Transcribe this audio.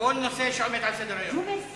נושא שעומד על סדר-היום.